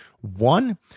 One